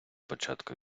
початку